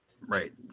right